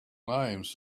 names